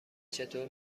چطور